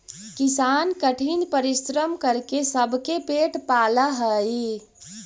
किसान कठिन परिश्रम करके सबके पेट पालऽ हइ